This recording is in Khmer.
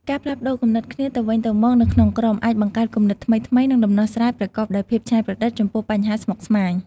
ការផ្លាស់ប្តូរគំនិតគ្នាទៅវិញទៅមកនៅក្នុងក្រុម អាចបង្កើតគំនិតថ្មីៗ និងដំណោះស្រាយប្រកបដោយភាពច្នៃប្រឌិតចំពោះបញ្ហាស្មុគស្មាញ។